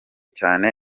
cyane